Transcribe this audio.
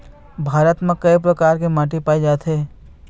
भारत म कय प्रकार के माटी पाए जाथे?